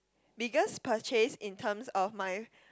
biggest purchase in terms of my